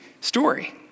story